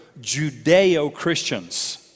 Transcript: Judeo-Christians